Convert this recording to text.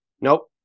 Nope